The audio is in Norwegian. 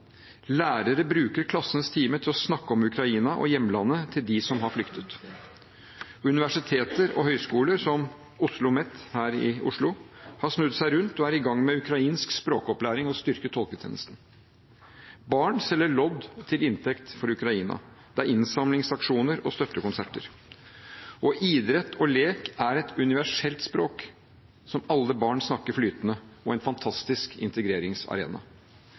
Lærere bruker klassens time til å snakke om Ukraina og hjemlandet til dem som har flyktet. Universiteter og høyskoler, som Oslomet her i Oslo, har snudd seg rundt og er i gang med ukrainsk språkopplæring og å styrke tolketjenestene. Barn selger lodd til inntekt for Ukraina, det er innsamlingsaksjoner og støttekonserter. Og idrett og lek er et universelt språk som alle barn snakker flytende, og en fantastisk integreringsarena.